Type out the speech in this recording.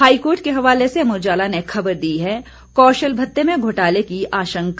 high court के हवाले से अमर उजाला ने खबर दी है कौशल भत्ते में घोटाले की आशंका